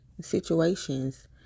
situations